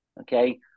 Okay